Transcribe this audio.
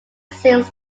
sings